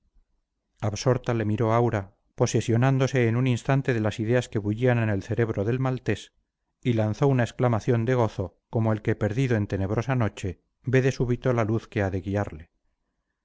absorta le miró aura posesionándose en un instante de las ideas que bullían en el cerebro del maltés y lanzó una exclamación de gozo como el que perdido en tenebrosa noche ve de súbito la luz que ha de guiarle